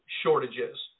shortages